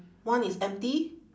one is empty